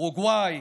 אורוגוואי,